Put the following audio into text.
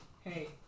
hey